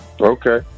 Okay